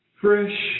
fresh